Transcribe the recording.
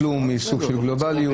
בשינויים מסוימים.